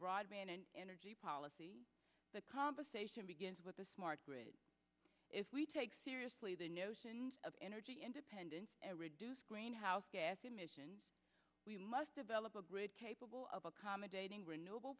broadband and energy policy the conversation begins with the smart grid if we take seriously the notion of energy independence and reduce greenhouse gas emissions we must develop a grid capable of accommodating renewable